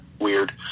weird